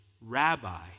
Rabbi